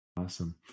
Awesome